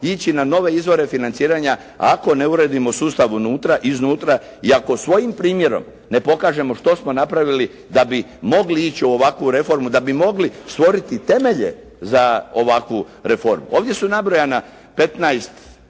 ići na nove izvore financiranja ako ne uredimo sustav unutra, iznutra i ako svojim primjerom ne pokažemo što smo napravili da bi mogli ići u ovakvu reformu, da bi mogli stvoriti temelje za ovakvu reformu. Ovdje su nabrojana 15